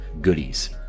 goodies